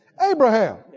Abraham